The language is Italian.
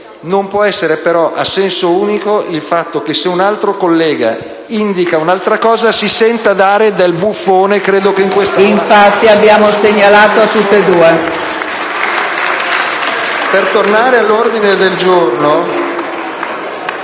non può essere, però, a senso unico il fatto che se un altro collega indica un'altra cosa si senta dare del buffone.